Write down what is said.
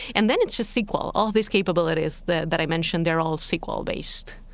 and then it's just sql. all these capabilities that that i mentioned, they're all sql based.